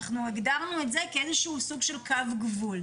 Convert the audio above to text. אנחנו הגדרנו את זה כאיזשהו סוג של קו גבול.